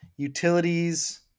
utilities